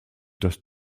das